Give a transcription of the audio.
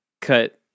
cut